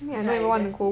okay lah you get sleep